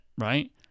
right